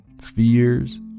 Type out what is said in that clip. fears